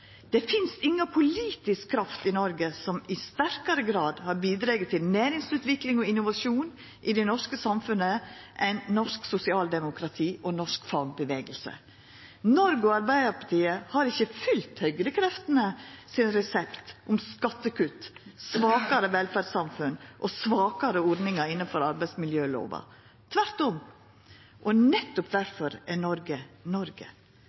Det finst inga politisk kraft i Noreg som i sterkare grad har bidrege til næringsutvikling og innovasjon i det norske samfunnet enn norsk sosialdemokrati og norsk fagbevegelse. Noreg og Arbeidarpartiet har ikkje følgt resepten til høgrekreftene om skattekutt, svakare velferdssamfunn og svakare ordningar innanfor arbeidsmiljølova, tvert om. Nettopp difor er Noreg Noreg,